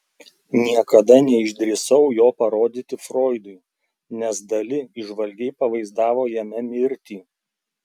niekada neišdrįsau jo parodyti froidui nes dali įžvalgiai pavaizdavo jame mirtį